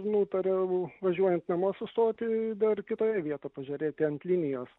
nutariau važiuojant namo sustoti dar kitoje vietą pažiūrėti ant linijos